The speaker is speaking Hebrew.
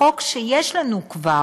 בחוק שכבר יש לנו כבר,